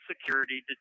security